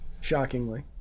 shockingly